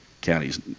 counties